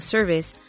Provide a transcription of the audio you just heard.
Service